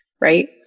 Right